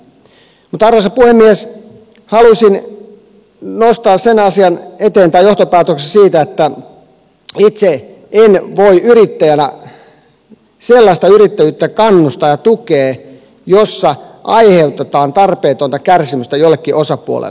mutta arvoisa puhemies haluaisin nostaa sen johtopäätöksen että itse en voi yrittäjänä kannustaa ja tukea sellaista yrittäjyyttä jossa aiheutetaan tarpeetonta kärsimystä jollekin osapuolelle